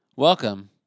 Welcome